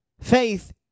Faith